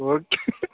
okay